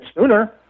sooner